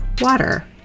water